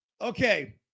Okay